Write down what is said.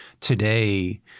Today